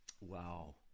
Wow